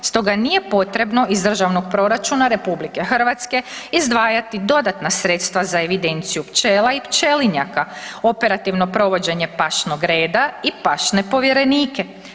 Stoga nije potrebno iz državnog proračuna RH izdvajati dodatna sredstva za evidenciju pčela i pčelinjaka, operativno provođenje pašnoga reda i pašne povjerenike.